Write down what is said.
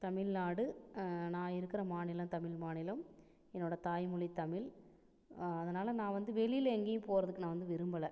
தமிழ்நாடு நான் இருக்கிற மாநிலம் தமிழ் மாநிலம் என்னோட தாய்மொழி தமிழ் அதனால நான் வந்து வெளியில எங்கையும் நான் வந்து போகறதுக்கு விரும்பல